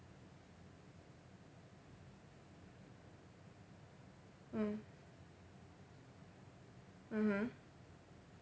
mm mmhmm